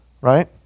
right